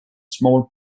small